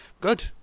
good